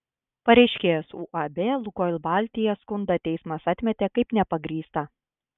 pareiškėjos uab lukoil baltija skundą teismas atmetė kaip nepagrįstą